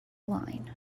line